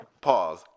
pause